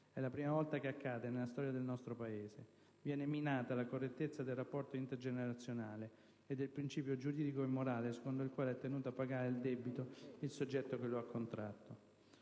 è la prima volta che accade nella storia del nostro Paese. Viene minata la correttezza del rapporto intergenerazionale ed il principio giuridico e morale secondo il quale è tenuto a pagare il debito il soggetto che lo ha contratto.